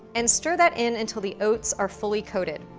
and stir that in until the oats are fully coated.